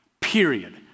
period